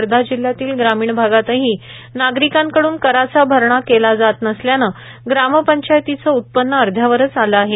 वर्धा जिल्ह्यातील ग्रामीण भागातही नागरिकांकडून कराचा भरणा केला जात नसल्याने ग्रामपंचायतीचे उत्पन्न अध्यावरच आले आहे